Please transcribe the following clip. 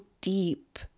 deep